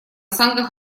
санках